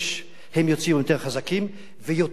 הם יוצאים יותר חזקים ויותר מחוזקים.